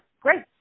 great